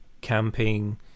camping